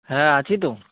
হ্যাঁ আছি তো